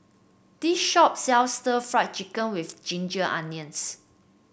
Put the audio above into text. this shop sells stir Fry Chicken with Ginger Onions